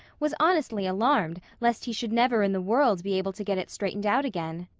was honestly alarmed lest he should never in the world be able to get it straightened out again.